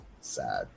sad